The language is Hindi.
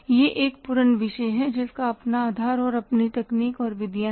यह एक पूर्ण विषय है जिसका अपना आधार और अपनी तकनीक और विधियाँ हैं